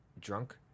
drunk